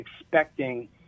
expecting